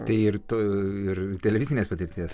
tai ir tu ir televizinės patirties